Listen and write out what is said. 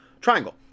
triangle